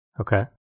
Okay